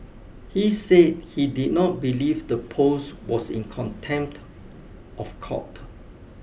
he said he did not believe the post was in contempt of court